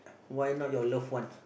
why not your loved one